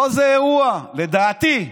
כל זה אירוע, לדעתי,